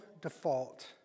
default